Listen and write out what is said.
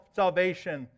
salvation